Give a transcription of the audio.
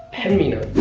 pen mina.